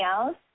else